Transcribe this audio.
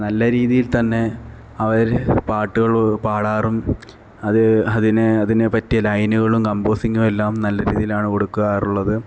നല്ല രീതിയില് തന്നെ അവർ പാട്ടുകൾ പാടാറും അത് അതിനു അതിനു പറ്റിയ ലൈനുകളും കമ്പോസിങ്ങും എല്ലാം നല്ല രീതിയിലാണ് കൊടുക്കാറുള്ളത്